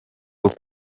rwo